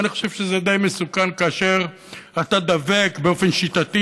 ואני חושב שזה די מסוכן כאשר אתה דבק באופן שיטתי